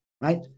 Right